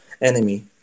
enemy